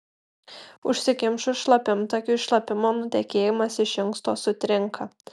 užsikimšus šlapimtakiui šlapimo nutekėjimas iš inksto sutrinka